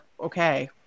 okay